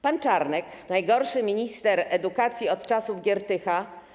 Pan Czarnek to najgorszy minister edukacji od czasów Giertycha.